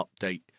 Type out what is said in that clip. update